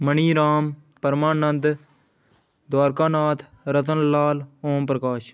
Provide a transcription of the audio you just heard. मनी Ram Parmanand Dwarka Nath Ratan Lal Om Prakash